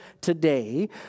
today